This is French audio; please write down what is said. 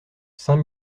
saint